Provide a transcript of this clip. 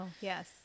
yes